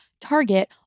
Target